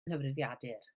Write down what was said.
nghyfrifiadur